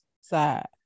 side